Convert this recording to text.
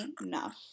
enough